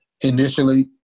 initially